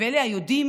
ואלה היודעים